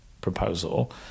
proposal